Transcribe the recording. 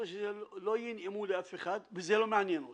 כנראה שלא ינעמו לאף אחד וזה לא מעניין אותי,